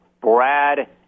Brad